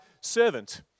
servant